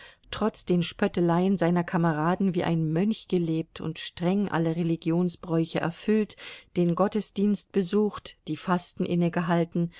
trotz den spötteleien seiner kameraden wie ein mönch gelebt und streng alle religionsbräuche erfüllt den gottesdienst besucht die fasten